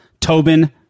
Tobin